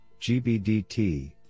GBDT